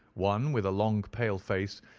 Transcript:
one, with a long pale face,